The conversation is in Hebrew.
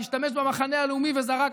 השתמש במחנה הלאומי וזרק,